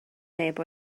neb